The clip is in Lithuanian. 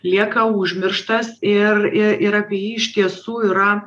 lieka užmirštas ir ir apie jį iš tiesų yra